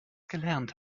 gelernt